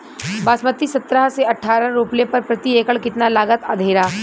बासमती सत्रह से अठारह रोपले पर प्रति एकड़ कितना लागत अंधेरा?